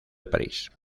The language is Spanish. parís